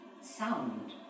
sound